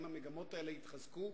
אם המגמות האלה יתחזקו,